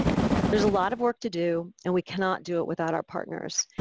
there's a lot of work to do, and we cannot do it without our partners.